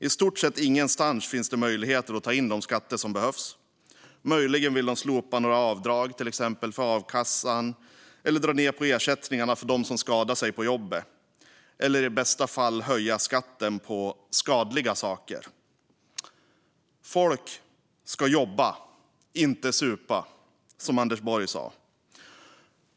För högern finns det nämligen i stort sett ingenstans möjlighet att ta in de skatter som behövs. Möjligen vill högern slopa några avdrag, till exempel för a-kassan, eller dra ned på ersättningarna till dem som skadat sig på jobbet. I bästa fall vill de höja skatten på skadliga saker. Folk ska jobba, inte supa, som Anders Borg sa.